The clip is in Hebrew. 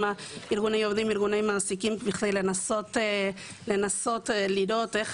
וארגוני המעסיקים כדי לנסות לראות איך